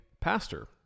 pastor